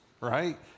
right